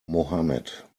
mohamed